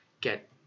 get